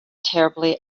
terribly